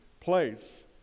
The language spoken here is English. place